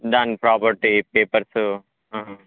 దాని property papers